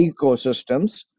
ecosystems